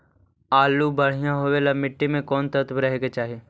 आलु बढ़िया होबे ल मट्टी में कोन तत्त्व रहे के चाही?